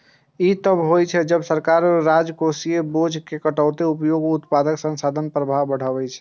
ई तब होइ छै, जब सरकार राजकोषीय बोझ मे कटौतीक उपयोग उत्पादक संसाधन प्रवाह बढ़बै छै